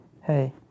hey